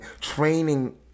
training